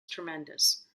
tremendous